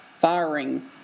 firing